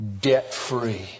debt-free